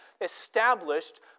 established